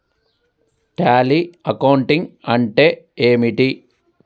Tally accounting అంటే ఏమిటి?